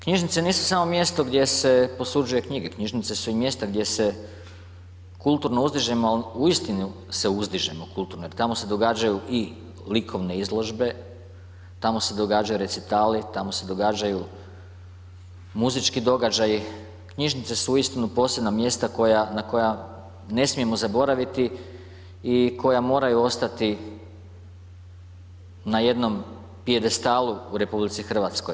Knjižnice nisu samo mjesto gdje se posuđuje knjige, knjižnice su i mjesta gdje se kulturno uzdižemo, ali uistinu se uzdižemo kulturno, jer tamo se događaju i likovne izložbe, tamo se događaju recitali, tamo se događaju muzički događaji, knjižnice su uistinu posebna mjesta koja, na koja ne smijemo zaboraviti i koja moraju ostati na jednom pijedestalu u RH.